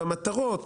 במטרות,